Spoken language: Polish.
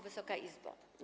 Wysoka Izbo!